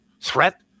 threat